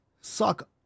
suck